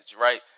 right